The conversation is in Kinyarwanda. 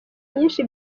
nyinshi